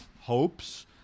hopes